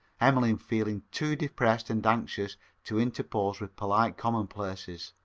emmeline feeling too depressed and anxious to interpose with polite commonplaces.